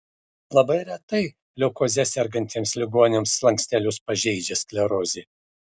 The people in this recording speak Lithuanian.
labai retai leukoze sergantiems ligoniams slankstelius pažeidžia sklerozė